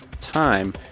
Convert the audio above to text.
time